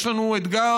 יש לנו אתגר,